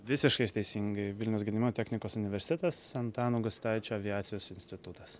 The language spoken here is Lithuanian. visiškai teisingai vilniaus gedimino technikos universitetas antano gustaičio aviacijos institutas